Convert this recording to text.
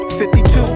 52